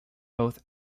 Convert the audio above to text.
both